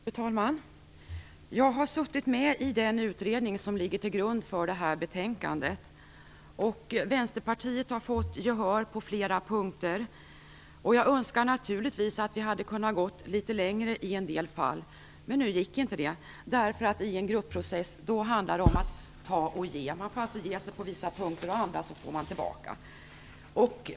Fru talman! Jag har suttit med i den utredning som ligger till grund för det här betänkandet. Vänsterpartiet har fått gehör på flera punkter. Jag önskar naturligtvis att vi hade kunnat gå litet längre i en del fall, men nu gick inte det. I en grupprocess handlar det om att ta och ge. Man får alltså ge sig på vissa punkter och på andra får man tillbaka.